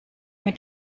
mit